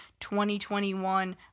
2021